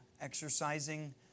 exercising